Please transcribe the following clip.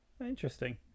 Interesting